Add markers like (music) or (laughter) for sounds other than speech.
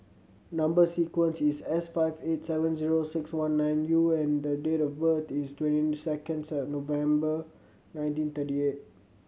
number sequence is S five eight seven zero six one nine U and the date of birth is twenty seconds (unintelligible) November nineteen thirty eight